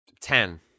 Ten